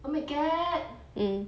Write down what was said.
oh my god